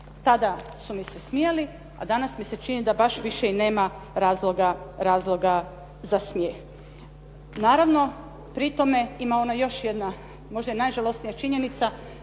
Tada su mi se smijali, a danas mi se čini da baš više i nema razloga za smijeh. Naravno, pri tome ima ona još jedna, možda i najžalosnija činjenica